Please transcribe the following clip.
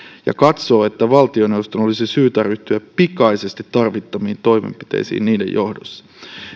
ja katsoo että valtioneuvoston olisi syytä ryhtyä pikaisesti tarvittaviin toimenpiteisiin niiden johdosta